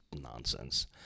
nonsense